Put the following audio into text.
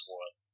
one